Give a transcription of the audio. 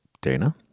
Dana